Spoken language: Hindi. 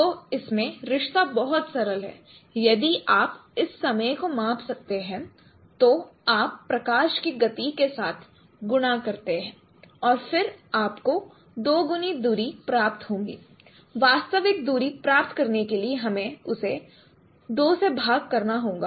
तो इसमें रिश्ता बहुत सरल है यदि आप इस समय को माप सकते हैं तो आप प्रकाश की गति के साथ गुणा करते हैं और फिर आपको दोगुनी दूरी प्राप्त होगी वास्तविक दूरी प्राप्त करने के लिए हमें उसे दो से भाग करना होगा